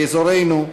באזורנו,